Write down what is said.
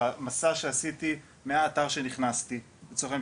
במסע שעשיתי מאז שנכנסתי לאתר,